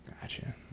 gotcha